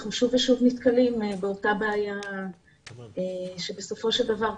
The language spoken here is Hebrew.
אנחנו שוב ושוב נתקלים באותה בעיה שבסופו של דבר,